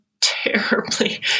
terribly